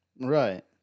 right